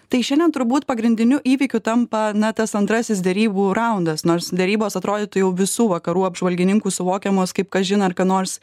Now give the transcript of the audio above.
tai šiandien turbūt pagrindiniu įvykiu tampa na tas antrasis derybų raundas nors derybos atrodytų jau visų vakarų apžvalgininkų suvokiamos kaip kažin ar ką nors